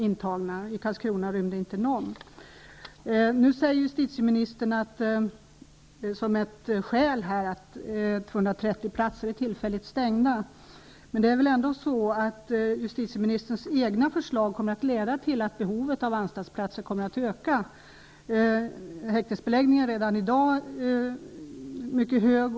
1990/91 rymde Justitieministern säger att ett skäl är att 230 platser är tillfälligt stängda. Men justitieministern egna förslag kommer väl ändå att leda till att behovet av anstaltsplatser kommer att öka. Häktesbeläggningen är redan i dag mycket hög.